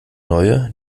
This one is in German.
neue